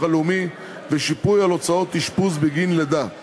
הלאומי ושיפוי על הוצאות אשפוז בגין לידה);